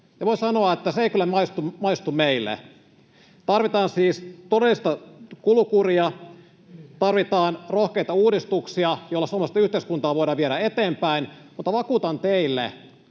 ja voi sanoa, että se ei kyllä maistu meille. Tarvitaan siis todellista kulukuria, tarvitaan rohkeita uudistuksia, joilla suomalaista yhteiskuntaa voidaan viedä eteenpäin, mutta voin vakuuttaa teille,